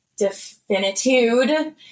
definitude